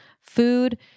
food